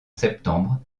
septembre